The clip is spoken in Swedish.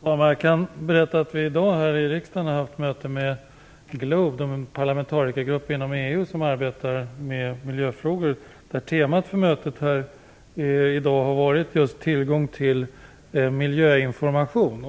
Fru talman! Jag kan berätta att vi i dag här i riksdagen har haft ett möte med Globe - en parlamentarikergrupp inom EU som arbetar med miljöfrågor. Temat för mötet var just tillgång till miljöinformation.